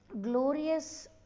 glorious